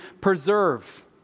preserve